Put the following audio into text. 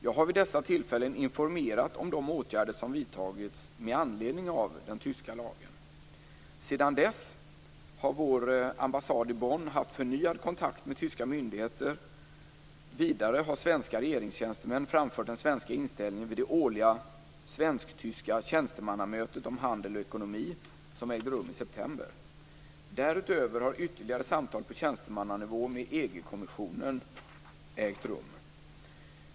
Jag har vid dessa tillfällen informerat om de åtgärder som vidtagits med anledning av den tyska lagen. Sedan dess har vår ambassad i Bonn haft förnyad kontakt med tyska myndigheter. Vidare har svenska regeringstjänstemän framfört den svenska inställningen vid det årliga svensk-tyska tjänstemannamötet om handel och ekonomi, som ägde rum i september. Därutöver har ytterligare samtal på tjänstemannanivå med EG-kommissionen ägt rum.